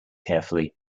carefully